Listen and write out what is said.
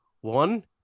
one